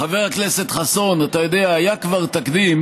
חבר הכנסת חסון, אתה יודע, היה כבר תקדים